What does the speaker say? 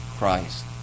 Christ